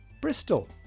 Bristol